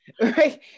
Right